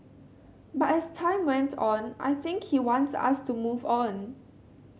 but as time went on I think he wants us to move on